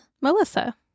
Melissa